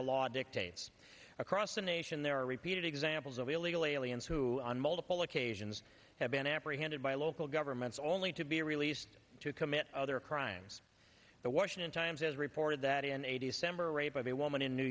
a law dictates across the nation there are repeated examples of illegal aliens who on multiple occasions have been apprehended by local governments only to be released to commit other crimes the washington times has reported that in a december rape of a woman in new